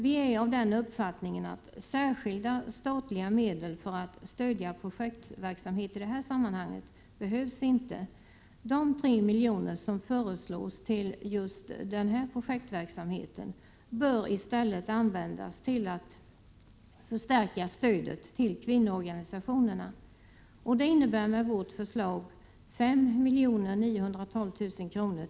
Vi är av den uppfattningen att särskilda statliga medel för att stödja projektverksamhet i detta sammanhang inte behövs. De 3 milj.kr. som föreslås till denna projektverksamhet bör i stället användas till att förstärka stödet till kvinnoorganisationerna. Vårt förslag innebär således 5 912 000 kr.